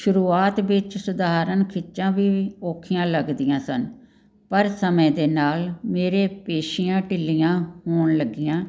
ਸ਼ੁਰੂਆਤ ਵਿੱਚ ਸਧਾਰਨ ਖਿੱਚਾਂ ਵੀ ਔਖੀਆਂ ਲੱਗਦੀਆਂ ਸਨ ਪਰ ਸਮੇਂ ਦੇ ਨਾਲ ਮੇਰੀਆਂ ਪੇਸ਼ੀਆਂ ਢਿੱਲੀਆਂ ਹੋਣ ਲੱਗੀਆਂ